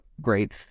great